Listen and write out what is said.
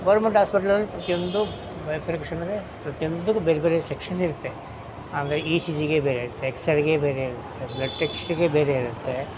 government ಆಸ್ಪೆಟ್ಲಲ್ಲಿ ಪ್ರತಿಯೊಂದು ಬೇರೆ ಬೇರೆ ಪ್ರತಿಯೊಂದಕ್ಕೂ ಬೇರೆ ಬೇರೆ ಸೆಕ್ಷನ್ ಇರುತ್ತೆ ಅಂದರೆ ಇ ಸಿ ಜಿಗೆ ಬೇರೆ ಇರುತ್ತೆ ಎಕ್ಸರೆಗೆ ಬೇರೆ ಇರುತ್ತೆ ಬ್ಲಡ್ ಟೆಕ್ಶ್ಟಿಗೆ ಬೇರೆ ಇರುತ್ತೆ